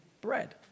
bread